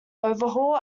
overhaul